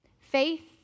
Faith